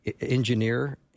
engineer